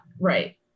right